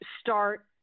start